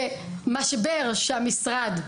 זה משבר שהמשרד,